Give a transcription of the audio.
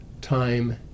time